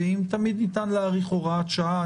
ותמיד ניתן להאריך הוראת שעה.